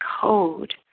code